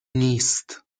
نیست